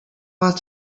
ought